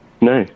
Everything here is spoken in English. No